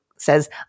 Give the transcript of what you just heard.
says